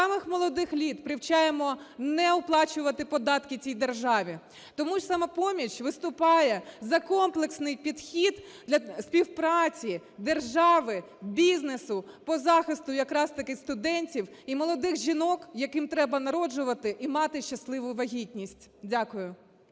самих молодих літ привчаємо не оплачувати податки цій державі. Тому "Самопоміч" виступає за комплексний підхід для співпраці держави, бізнесу, по захисту якраз-таки студентів і молодих жінок, яким треба народжувати і мати щасливу вагітність. Дякую.